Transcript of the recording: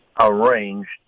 arranged